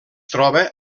troba